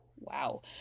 Wow